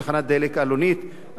והוא בוודאי מתמצא בדברים האלה,